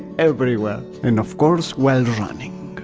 everywhere, and of course while running.